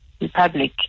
Republic